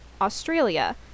Australia